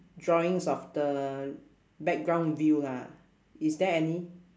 drawings of the background view ah is there any